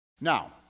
Now